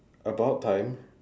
about time